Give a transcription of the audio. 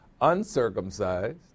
uncircumcised